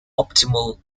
optimal